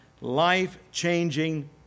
life-changing